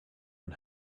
and